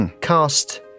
Cast